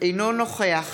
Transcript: אינו נוכח